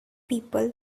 people